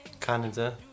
Canada